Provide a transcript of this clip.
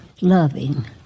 Loving